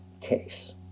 case